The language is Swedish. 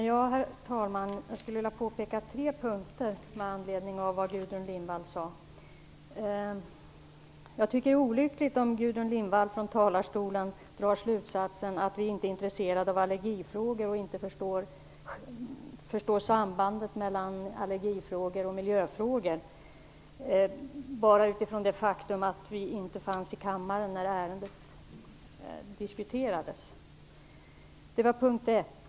Herr talman! Jag skulle vilja påpeka tre saker med anledning av vad Gudrun Lindvall sade. Jag tycker att det är olyckligt om Gudrun Lindvall i talarstolen drar slutsatsen att vi inte är intresserade av allergifrågor och inte förstår sambandet mellan allergifrågor och miljöfrågor, bara med anledning av det faktum att vi inte fanns i kammaren när ärendet diskuterades. Det var punkt ett.